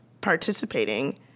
participating